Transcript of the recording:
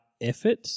effort